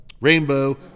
Rainbow